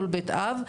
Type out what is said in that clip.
כל בית אב,